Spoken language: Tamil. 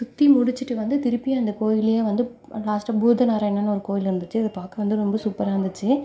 சுற்றி முடிச்சிட்டு வந்து திருப்பியும் அந்த கோயில்லையே வந்து லாஸ்ட்டாக பூத நாராயணன் ஒரு கோவில் இருந்துச்சு பார்க்க வந்து ரொம்ப சூப்பராக இருந்துச்சு